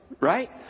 Right